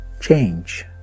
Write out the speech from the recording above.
change